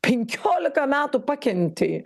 penkiolika metų pakentei